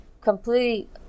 completely